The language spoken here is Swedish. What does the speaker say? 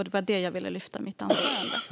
Det var detta jag ville lyfta upp i mitt anförande.